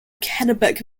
kennebec